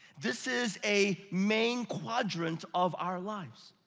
this is a main quadrant of our lives.